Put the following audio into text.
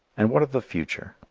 and what of the future?